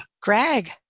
Greg